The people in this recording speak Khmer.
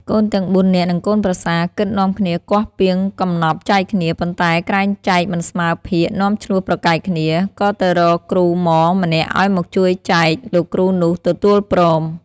កូនទាំង ៤នាក់ និងកូនប្រសាគិតនាំគ្នាគាស់ពាងកំណប់ចែកគ្នា ប៉ុន្តែក្រែងចែក មិនស្មើភាគនាំឈ្លោះប្រែកែកគ្នា ក៏ទៅរកគ្រូហ្មម្នាក់ឱ្យមកជួយចែក លោកគ្រូនោះទទួលព្រម។